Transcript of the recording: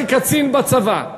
כקצין בצבא,